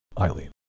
Eileen